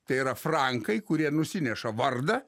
tai yra frankai kurie nusineša vardą